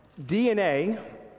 DNA